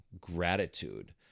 gratitude